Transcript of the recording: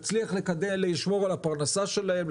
להצליח לשמור על הפרנסה שלהם,